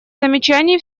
замечаний